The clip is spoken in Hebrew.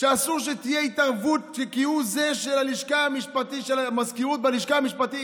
שאסור שתהיה התערבות כהוא זה של המזכירות בלשכה המשפטית.